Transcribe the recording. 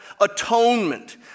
atonement